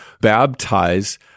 baptize